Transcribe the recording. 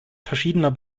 verschiedener